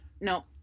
No